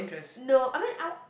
no I mean I